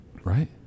Right